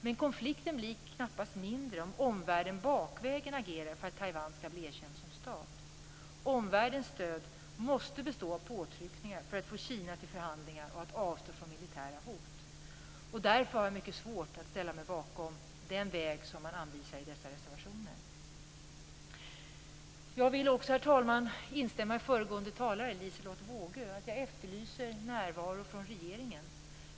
Men konflikten blir knappast mindre om omvärlden agerar bakvägen för att Taiwan skall bli erkänt som stat. Omvärldens stöd måste bestå av påtryckningar för att få Kina till förhandlingar och avstå från militära hot. Därför har jag mycket svårt att ställa mig bakom den väg som man anvisar i dessa reservationer. Jag vill också, herr talman, instämma med föregående talare Liselotte Wågö, för jag efterlyser också närvaro från regeringen.